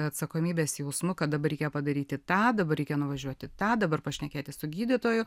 atsakomybės jausmu kad dabar reikia padaryti tą dabar reikia nuvažiuoti tą dabar pašnekėti su gydytoju